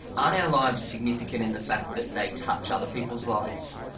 aren't our lives significant in the fact that they touch other people's lives?